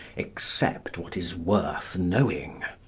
except what is worth knowing.